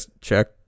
check